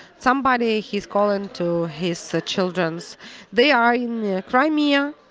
somebody he's calling to his so children, they are in the crimea.